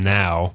now